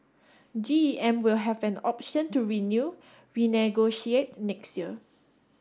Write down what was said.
G E M will have an option to renew renegotiate next year